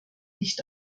nicht